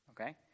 Okay